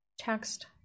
text